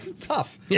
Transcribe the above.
tough